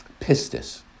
pistis